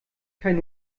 kein